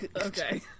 Okay